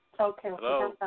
Okay